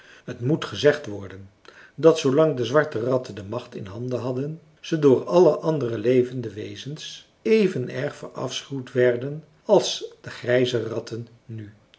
t moet gezegd worden dat zoolang de zwarte ratten de macht in handen hadden ze door alle andere levende wezens even erg verafschuwd werden als de grijze ratten nu